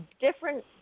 different